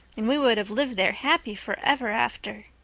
and we would have lived there happy for ever after.